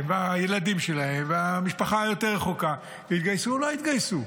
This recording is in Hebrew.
והילדים שלהם והמשפחה היותר-רחוקה יתגייסו או לא יתגייסו.